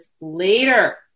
later